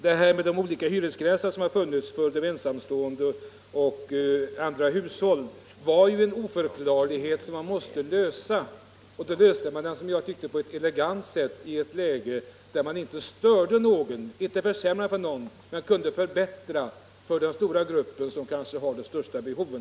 De olika hyresgränser som har funnits för ensamstående och för andra hushåll var ju en oförklarlighet, som man måste ändra på. Och den frågan löste man som jag tycker på ett elegant sätt, så att man inte försämrade för någon men kunde förbättra för den stora grupp som kanske har de största behoven.